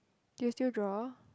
do you still draw